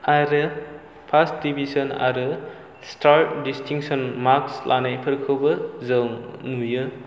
आरो first division आरो star distinction marks लानायफोरखौबो जों नुयो